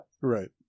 Right